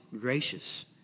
gracious